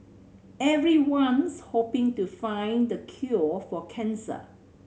everyone's hoping to find the cure for cancer